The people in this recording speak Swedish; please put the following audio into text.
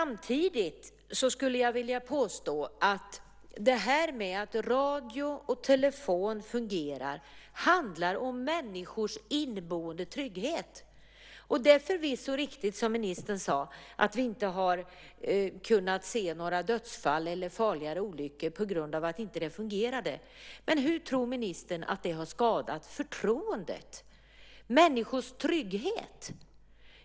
Samtidigt vill jag påstå att något sådant som att radio och telefon fungerar handlar om människors inneboende trygghet. Det är förvisso riktigt, som ministern sade, att vi inte har kunnat se några dödsfall eller farligare olyckor på grund av att det inte fungerade. Men hur tror ministern att det har skadat förtroendet och människors trygghet?